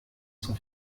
son